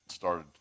Started